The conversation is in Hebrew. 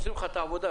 עושים לך את העבודה.